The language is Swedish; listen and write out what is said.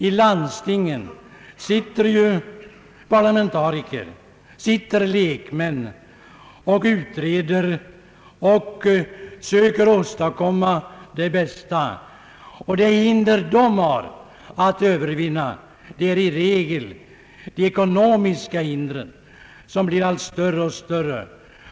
I landstingen sitter parlamentariker och lekmän, som utreder och söker åstadkomma det bästa. De hinder de har att övervinna är i regel av ekonomisk art, och dessa blir allt större.